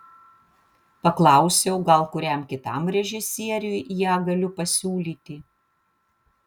paklausiau gal kuriam kitam režisieriui ją galiu pasiūlyti